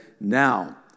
Now